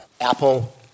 Apple